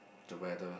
the weather